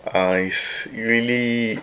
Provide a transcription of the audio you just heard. uh is really